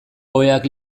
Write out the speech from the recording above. oheak